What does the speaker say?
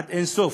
עד אין-סוף.